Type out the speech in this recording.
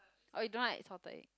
oh you don't like salted egg